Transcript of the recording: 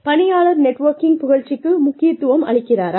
பணியாளர் நெட்வொர்க்கிங் புகழ்ச்சிக்கு முக்கியத்துவம் அளிக்கிறாரா